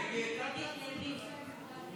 הסתייגות 30 לא נתקבלה.